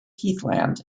heathland